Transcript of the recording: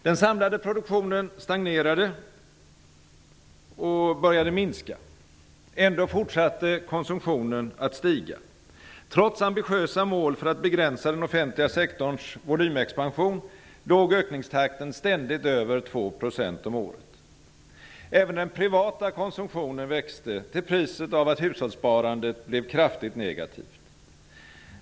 Den samlade produktionen stagnerade och började minska. Ändå fortsatte konsumtionen att stiga. Trots ambitiösa mål för att begränsa den offentliga sektorns volymexpansion låg ökningstakten ständigt över 2 % om året. Även den privata konsumtionen växte till priset av att hushållssparandet blev kraftigt negativt.